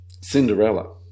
cinderella